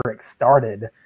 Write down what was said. started